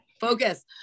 focus